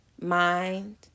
Mind